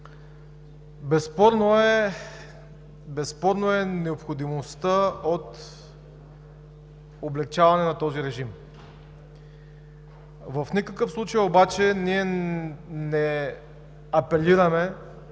Безспорна е необходимостта от облекчаване на този режим. В никакъв случай обаче ние не апелираме